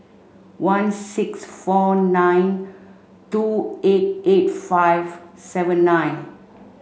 one six four nine two eight eight five seven nine